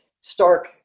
stark